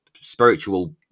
spiritual